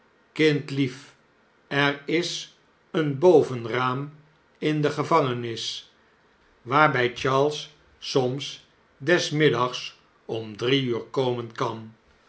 kindlief er is een bovenraam in de gevangenis waarbij charles soms des middags om drie uur komen kan